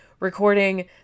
recording